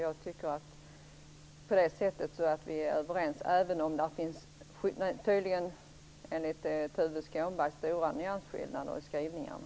Jag tycker att vi är överens, även om det enligt Tuve Skånberg tydligen finns stora nyansskillnader i skrivningarna.